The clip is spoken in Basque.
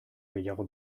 gehiago